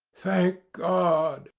thank god!